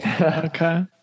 Okay